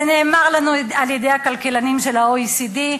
זה נאמר לנו על-ידי הכלכלנים מה-OECD,